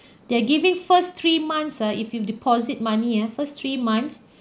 they're giving first three months ah if you deposit money ah first three months